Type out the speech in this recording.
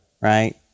right